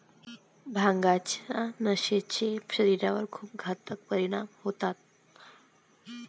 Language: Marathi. भांगाच्या नशेचे शरीरावर खूप घातक परिणाम होतात